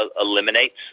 eliminates